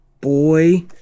boy